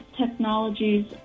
technologies